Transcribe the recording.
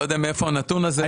לא יודע מאיפה הנתון הזה.